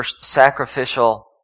sacrificial